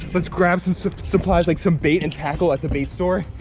let's grab some supplies like some bait and tackle at the bait store.